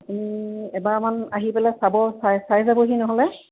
আপুনি এবাৰমান আহি পেলাই চাব চাই চাই যাবহি নহ'লে